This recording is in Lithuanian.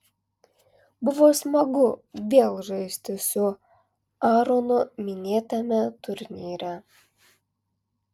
buvo smagu vėl žaisti su aaronu minėtame turnyre